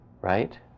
Right